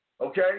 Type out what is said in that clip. okay